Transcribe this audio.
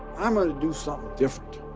i'm going to do something different.